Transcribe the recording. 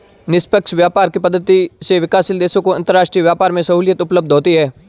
निष्पक्ष व्यापार की पद्धति से विकासशील देशों को अंतरराष्ट्रीय व्यापार में सहूलियत उपलब्ध होती है